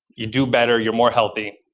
you do better. you're more healthy,